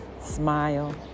smile